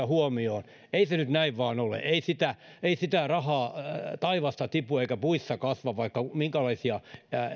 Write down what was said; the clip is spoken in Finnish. huomioon ei se nyt näin vain ole ei sitä rahaa taivaasta tipu eikä puissa kasva vaikka minkälaisia